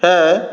छओ